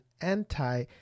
anti